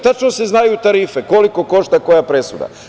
Tačno se znaju tarife koliko košta koja presuda.